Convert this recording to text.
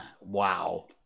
wow